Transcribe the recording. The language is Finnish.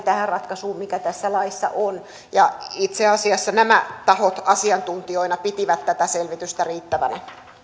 ratkaisuun mikä tässä laissa on itse asiassa nämä tahot asiantuntijoina pitivät tätä selvitystä riittävänä